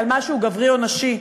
כעל משהו גברי או נשי,